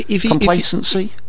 Complacency